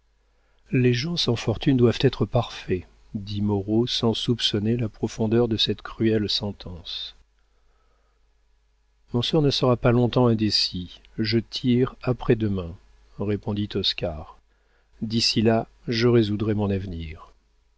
les gens sans fortune doivent être parfaits dit moreau sans soupçonner la profondeur de cette cruelle sentence mon sort ne sera pas longtemps indécis je tire après-demain répondit oscar d'ici là je résoudrai mon avenir